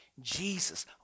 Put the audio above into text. Jesus